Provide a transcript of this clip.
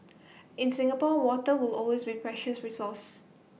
in Singapore water will always be precious resource